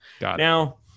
now